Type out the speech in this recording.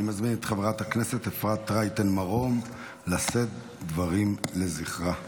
אני מזמין את חברת הכנסת אפרת רייטן מרום לשאת דברים לזכרה.